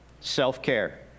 self-care